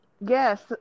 Yes